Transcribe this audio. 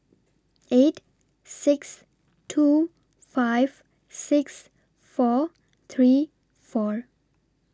eight six two five six four three four